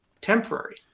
temporary